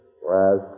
Whereas